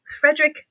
Frederick